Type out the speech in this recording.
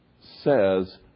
says